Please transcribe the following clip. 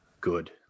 good